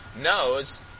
knows